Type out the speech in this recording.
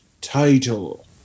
title